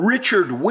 Richard